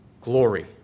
glory